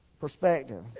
perspective